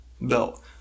belt